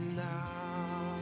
now